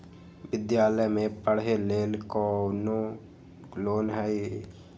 विद्यालय में पढ़े लेल कौनो लोन हई?